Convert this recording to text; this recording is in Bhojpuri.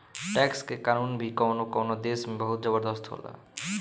टैक्स के कानून भी कवनो कवनो देश में बहुत जबरदस्त होला